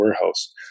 warehouse